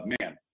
Man